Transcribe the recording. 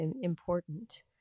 important